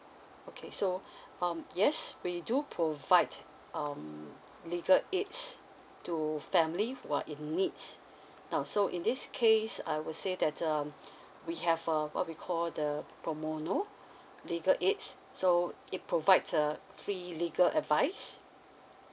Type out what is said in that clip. okay so um yes we do provide um legal aids to family who are in needs now so in this case I would say that um we have uh what we call the pro bono legal aids so it provide uh free legal advice